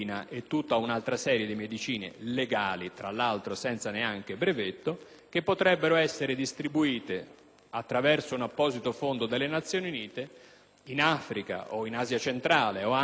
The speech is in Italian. attraverso un apposito fondo delle Nazioni Unite, in Africa, in Asia centrale o anche nel Sud delle Americhe, per combattere malattie le più varie